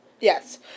Yes